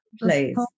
Please